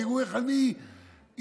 תראו איך אני אינטלקטואל,